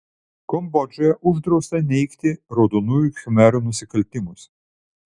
kambodžoje uždrausta neigti raudonųjų khmerų nusikaltimus